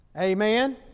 Amen